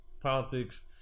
politics